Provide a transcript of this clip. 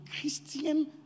Christian